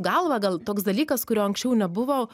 galvą gal toks dalykas kurio anksčiau nebuvo